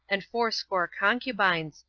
and fourscore concubines,